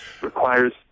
requires